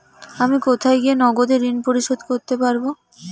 আমি কোথায় গিয়ে নগদে ঋন পরিশোধ করতে পারবো?